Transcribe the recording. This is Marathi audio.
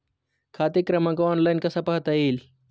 खाते क्रमांक ऑनलाइन कसा पाहता येईल?